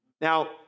Now